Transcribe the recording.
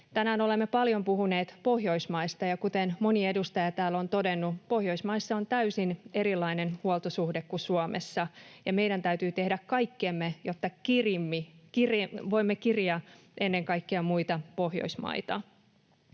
Tänään olemme paljon puhuneet Pohjoismaista, ja kuten moni edustaja täällä on todennut, Pohjoismaissa on täysin erilainen huoltosuhde kuin Suomessa, ja meidän täytyy tehdä kaikkemme, jotta voimme kiriä ennen kaikkea muita Pohjoismaita.